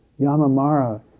Yamamara